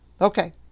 Okay